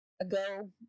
ago